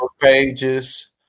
pages